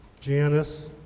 Janice